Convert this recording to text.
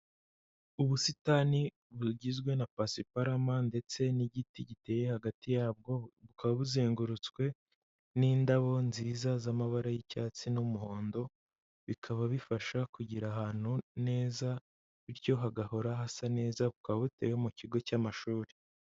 Ubusitani bugizwe na pasiparama ndetse n'igiti giteye hagati yabwo, bukaba buzengurutswe n'indabo nziza z'amabara y'icyatsi n'umuhondo, bikaba bifasha kugira ahantu neza bityo hagahora hasa neza bukaba butewe mu kigo cy'amashuri.